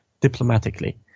diplomatically